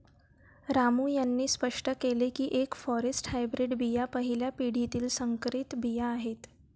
रामू यांनी स्पष्ट केले की एफ फॉरेस्ट हायब्रीड बिया पहिल्या पिढीतील संकरित बिया आहेत